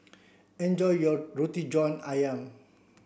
enjoy your Roti John Ayam